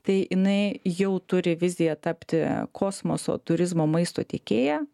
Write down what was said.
tai jinai jau turi viziją tapti kosmoso turizmo maisto tiekėja